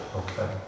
okay